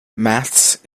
maths